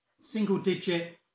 single-digit